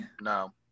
No